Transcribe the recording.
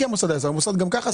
המוסד ממילא סגור.